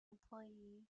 employee